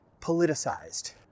politicized